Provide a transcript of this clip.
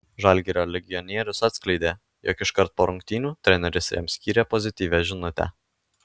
žalgirio legionierius atskleidė jog iškart po rungtynių treneris jam skyrė pozityvią žinutę